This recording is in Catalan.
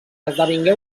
esdevingué